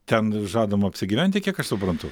ten žadame apsigyventi kiek aš suprantu